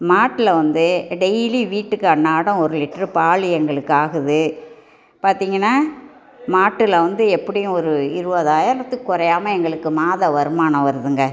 மாட்டில் வந்து டெய்லி வீட்டுக்கு அன்றாடம் ஒரு லிட்டர் பால் எங்களுக்கு ஆகுது பார்த்திங்கன்னா மாட்டில் வந்து எப்படியும் ஒரு இருபதாயிரத்துக்கு குறையாமல் எங்களுக்கு மாத வருமானம் வருதுங்கள்